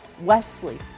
Wesley